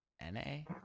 N-A